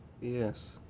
Yes